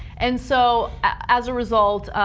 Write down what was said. and so as a result,